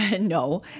No